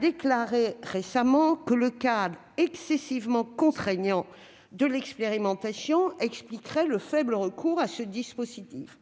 déclaré que le cadre excessivement contraignant de l'expérimentation expliquait le faible recours à ce dispositif.